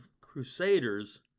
crusaders